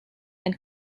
and